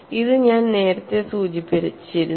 ഇത് ഞാൻ നേരത്തെ സൂചിപ്പിച്ചിരുന്നു